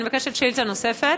אני מבקשת שאילתה נוספת.